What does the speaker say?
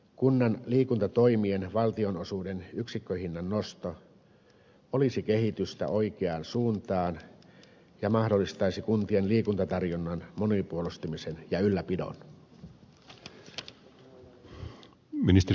kunnan liikuntatoimien valtionosuuden yksikköhinnan nosto olisi kehitystä oikeaan suuntaan ja mahdollistaisi kuntien liikuntatarjonnan monipuolistumisen ja ylläpidon